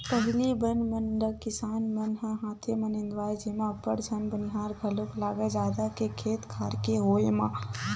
पहिली बन मन ल किसान मन ह हाथे म निंदवाए जेमा अब्बड़ झन बनिहार घलोक लागय जादा के खेत खार के होय म